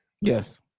Yes